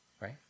right